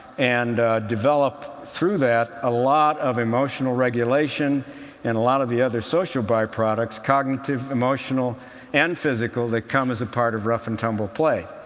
and develop through that a lot of emotional regulation and a lot of the other social byproducts cognitive, emotional and physical that come as a part of rough and tumble play.